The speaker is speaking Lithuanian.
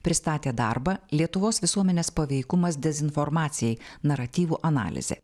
pristatė darbą lietuvos visuomenės paveikumas dezinformacijai naratyvų analizė